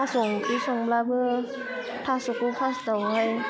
थास' ओंख्रि संब्लाबो थास'खौ फास्टावहाय